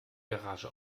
garage